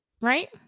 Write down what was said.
Right